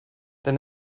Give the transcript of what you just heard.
denn